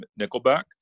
Nickelback